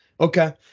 Okay